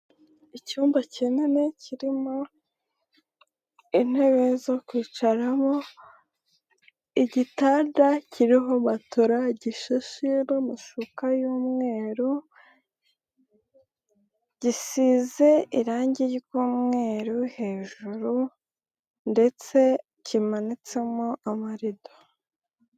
Icyumba kinini kirimo intebe zo kwicaramo, igitanda kiriho matela gishashe n'amashuka y'umweru, gisize irangi ry'umweru hejuru ndetse kimanitsemo amarido.